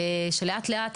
שלאט לאט,